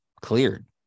cleared